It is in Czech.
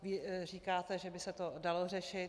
Vy říkáte, že by se to dalo řešit.